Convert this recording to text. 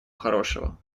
хорошего